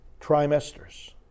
trimesters